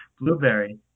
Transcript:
Blueberry